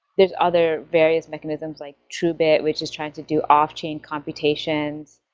there's other various mechanisms, like truebit which is trying to do off-chain computations.